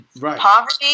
Poverty